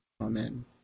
Amen